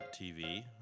TV